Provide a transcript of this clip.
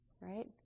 right